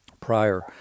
prior